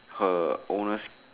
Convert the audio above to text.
her owner's